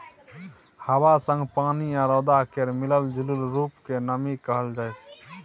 हबा संग पानि आ रौद केर मिलल जूलल रुप केँ नमी कहल जाइ छै